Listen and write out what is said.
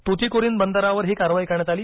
तुतीकोरीन बंदरावर ही कारवाई करण्यात आली